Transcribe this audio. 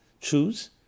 choose